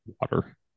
water